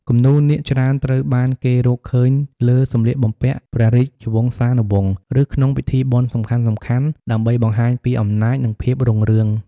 គំនូរនាគច្រើនត្រូវបានគេរកឃើញលើសម្លៀកបំពាក់ព្រះរាជវង្សានុវង្ស ឬក្នុងពិធីបុណ្យសំខាន់ៗ ដើម្បីបង្ហាញពីអំណាច និងភាពរុងរឿង។